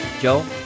joe